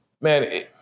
man